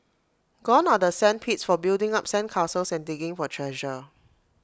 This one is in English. gone are the sand pits for building up sand castles and digging for treasure